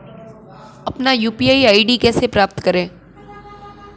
अपना UPI ID कैसे प्राप्त करें?